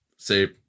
say